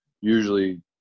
usually